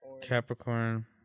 Capricorn